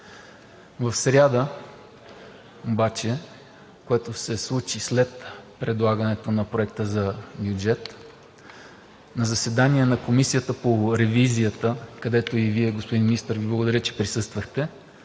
обаче, което се случи след предлагането на Проекта за бюджет, на заседание на Комисията по ревизията, на което, господин Министър, Ви благодаря, че присъствахте,